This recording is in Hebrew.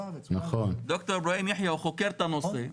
ד"ר איברהים יחיא חוקר את הנושא.